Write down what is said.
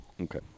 Okay